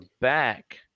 back